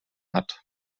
hat